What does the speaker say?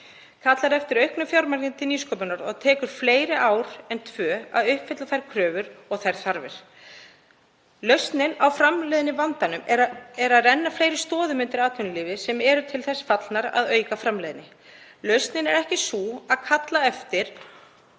Kallað er eftir auknu fjármagni til nýsköpunar og það tekur fleiri ár en tvö að uppfylla þær kröfur og þær þarfir. Lausnin á framleiðnivandanum er að renna fleiri stoðum undir atvinnulífið sem eru til þess fallnar að auka framleiðni. Lausnin er ekki sú að kalla eftir